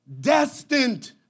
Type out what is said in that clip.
destined